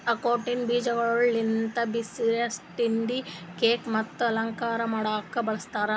ಆಕ್ರೋಟಿನ ಬೀಜಗೊಳ್ ಲಿಂತ್ ಬಿಸ್ಕಟ್, ತಿಂಡಿ, ಕೇಕ್ ಮತ್ತ ಅಲಂಕಾರ ಮಾಡ್ಲುಕ್ ಬಳ್ಸತಾರ್